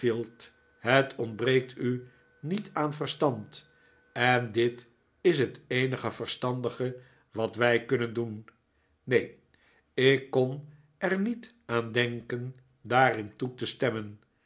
het ontbreekt u niet aan verstand en dit is het eenige verstandige wat wij kunnen doen neen ik kon er niet aan denken daarin toe te stemmen